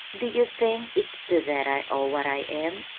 do you think it's to that i owe what i am?